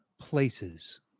places